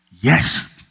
Yes